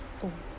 oh